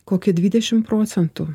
kokią dvidešimt procentų